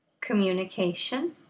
Communication